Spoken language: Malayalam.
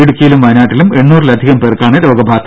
ഇടുക്കിയിലും വയനാട്ടിലും എണ്ണൂറിലധികം പേർക്കാണ് രോഗബാധ